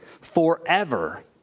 Forever